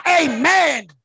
Amen